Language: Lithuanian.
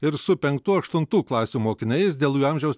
ir su penktų aštuntų klasių mokiniais dėl jų amžiaus